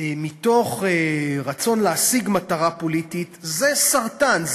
מתוך רצון להשיג מטרה פוליטית זה סרטן,